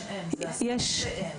שזה דבר